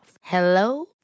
Hello